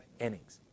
innings